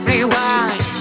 Rewind